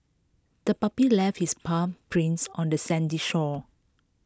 the puppy left its paw prints on the sandy shore